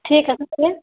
ٹھیک ہے تو پھر